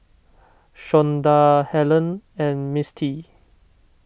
Shonda Hellen and Mistie